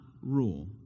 rule